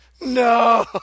No